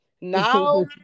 Now